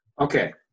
Okay